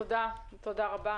כרגע המצב הוא,